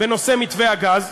בנושא מתווה הגז.